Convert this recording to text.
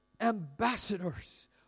ambassadors